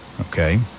okay